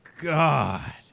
god